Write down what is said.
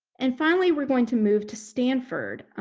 and finally we're going to move to stanford,